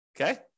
Okay